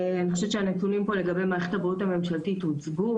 אני חושבת שהנתונים פה לגבי מערכת הבריאות הממשלתית הוצגו,